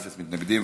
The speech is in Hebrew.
אין מתנגדים,